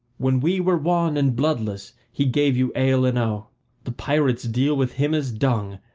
when we were wan and bloodless he gave you ale enow the pirates deal with him as dung,